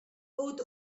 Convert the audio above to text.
oath